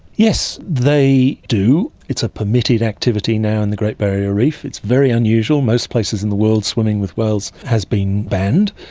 yes, they do. it's a permitted activity now on and the great barrier reef. it's very unusual, most places in the world swimming with whales has been banned,